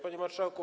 Panie Marszałku!